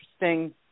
interesting